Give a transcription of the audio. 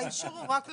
האישור הוא רק לכונן,